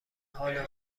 حال